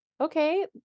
okay